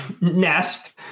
nest